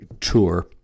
tour